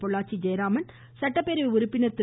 பொள்ளாச்சி ஜெயராமன் சட்டப்பேரவை உறுப்பினர் திரு